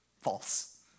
False